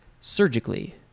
surgically